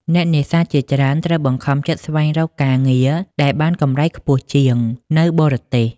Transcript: អ្នកនេសាទជាច្រើនត្រូវបង្ខំចិត្តស្វែងរកការងារដែលបានកម្រៃខ្ពស់ជាងនៅបរទេស។